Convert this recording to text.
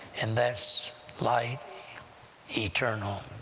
and that's light eternal,